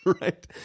Right